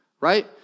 Right